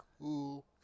cool